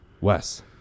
Wes